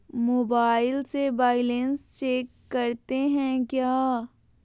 Mobile से balance check करते हैं क्या?